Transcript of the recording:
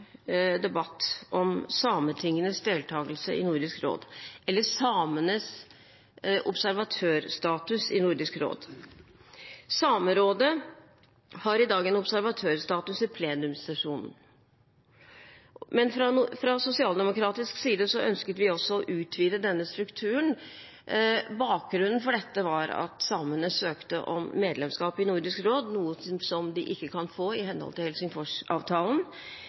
debatt om sametingenes deltagelse i Nordisk råd – eller samenes observatørstatus i Nordisk råd. Samerådet har i dag observatørstatus i plenumssesjonen. Fra sosialdemokratisk side ønsket vi å utvide denne strukturen. Bakgrunnen for dette var at samene søkte om medlemskap i Nordisk råd, noe som de ikke kan få i henhold til Helsingforsavtalen.